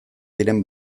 diren